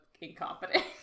incompetent